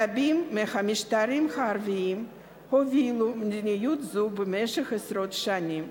רבים מהמשטרים הערביים הובילו מדיניות זו במשך עשרות בשנים,